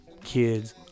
kids